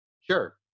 Sure